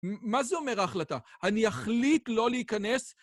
מה זה אומר ההחלטה? אני אחליט לא להיכנס?